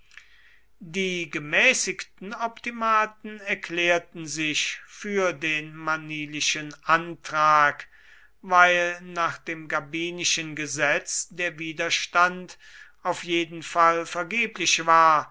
die gemäßigten optimaten erklärten sich für den manilischen antrag weil nach dem gabinischen gesetz der widerstand auf jeden fall vergeblich war